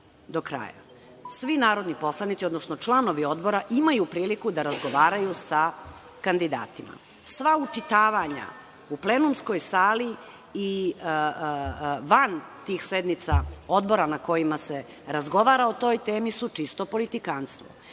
Svi narodni poslanici, odnosno članovi odbora imaju priliku da razgovaraju sa kandidatima. Sva učitavanja u plenumskoj sali i van tih sednica Odbora na kojima se razgovara o toj temi su čisto politikanstvo. Na